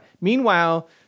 Meanwhile